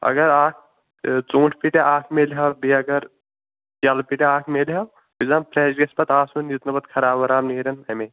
اگر اَکھ ژوٗنٛٹھۍ پیٖٹاہ اَکھ میلہِ ہَو بیٚیہِ اگر کیلہٕ پیٖٹاہ اَکھ میلہِ ہَو جِناب فرٛیش گَژھِ پتہٕ آسُن یُتھ نہٕ پتہٕ خراب وَراب نیرن تَمےَ